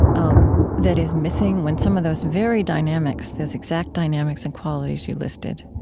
um that is missing when some of those very dynamics, those exact dynamics and qualities you listed,